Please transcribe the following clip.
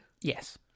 Yes